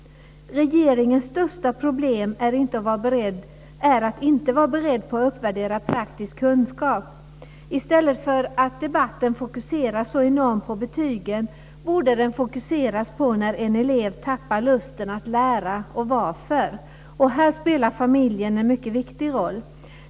Regeringens största problem är att man inte är beredd att uppvärdera praktisk kunskap. I stället för att debatten fokuseras så enormt på betygen borde den fokuseras på när en elev tappar lusten att lära och varför. Här spelar familjen en mycket viktig roll.